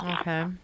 Okay